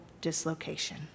dislocation